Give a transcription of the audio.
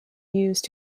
used